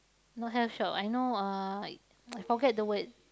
not have shop I know uh I forget the word